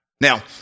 Now